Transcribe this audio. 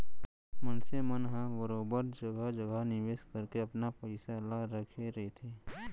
मनसे मन ह बरोबर जघा जघा निवेस करके अपन पइसा ल रखे रहिथे